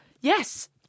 yes